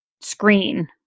screen